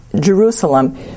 Jerusalem